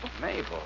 Mabel